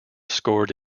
scored